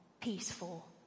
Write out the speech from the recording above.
peaceful